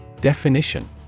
Definition